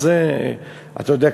אתה יודע,